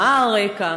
מה הרקע,